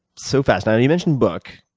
so fascinating. you mentioned book,